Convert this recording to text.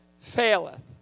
faileth